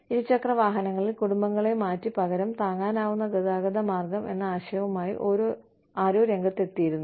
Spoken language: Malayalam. ഇരുചക്ര വാഹനങ്ങളിൽ കുടുംബങ്ങളെ മാറ്റി പകരം താങ്ങാനാവുന്ന ഗതാഗത മാർഗ്ഗം എന്ന ആശയവുമായി ആരോ രംഗത്തെത്തിയിരുന്നു